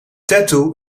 tattoo